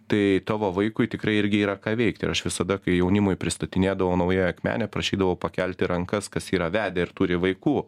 tai tavo vaikui tikrai irgi yra ką veikti ir aš visada kai jaunimui pristatinėdavau naująją akmenę prašydavau pakelti rankas kas yra vedę ir turi vaikų